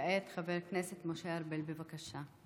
וכעת חבר הכנסת משה ארבל, בבקשה.